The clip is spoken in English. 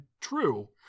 true